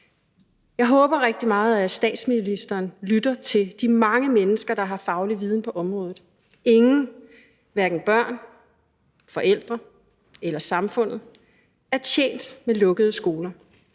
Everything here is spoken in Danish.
Jeg håber rigtig meget, at statsministeren lytter til de mange mennesker, der har faglig viden på området. Ingen, hverken børn, forældre eller samfundet, er tjent med lukkede skoler.